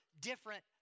different